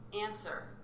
Answer